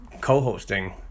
co-hosting